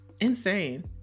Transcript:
Insane